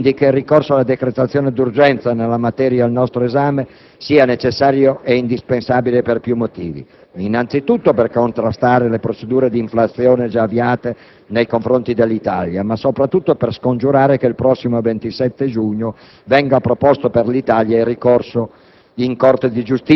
Riteniamo quindi che il ricorso alla decretazione d'urgenza nella materia al nostro esame sia necessario e indispensabile per più motivi: innanzitutto per contrastare le procedure di infrazione già avviate nei confronti dell'Italia, ma soprattutto per scongiurare che il prossimo 27 giugno venga proposto per l'Italia il ricorso